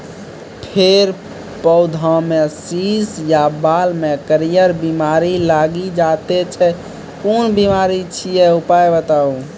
फेर पौधामें शीश या बाल मे करियर बिमारी लागि जाति छै कून बिमारी छियै, उपाय बताऊ?